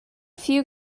few